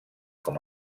com